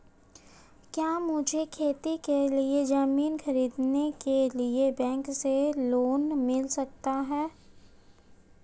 क्या मुझे खेती के लिए ज़मीन खरीदने के लिए बैंक से लोन मिल सकता है?